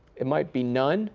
it might be none